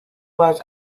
was